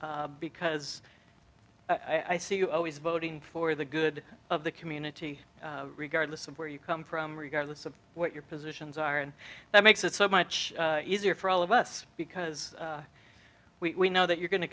because i see you always voting for the good of the community regardless of where you come from regardless of what your positions are and that makes it so much easier for all of us because we know that you're going to